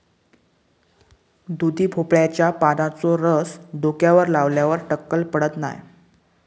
दुधी भोपळ्याच्या पानांचो रस डोक्यावर लावल्यार टक्कल पडत नाय